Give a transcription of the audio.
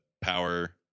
power